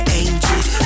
angels